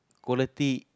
quality